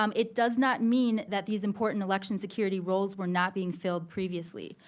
um it does not mean that these important election security roles were not being filled previously.